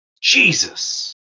Jesus